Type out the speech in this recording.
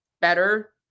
better